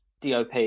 DOP